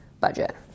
budget